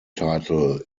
title